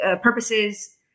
purposes